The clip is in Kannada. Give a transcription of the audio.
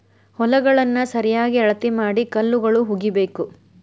ಹೊಲಗಳನ್ನಾ ಸರಿಯಾಗಿ ಅಳತಿ ಮಾಡಿ ಕಲ್ಲುಗಳು ಹುಗಿಬೇಕು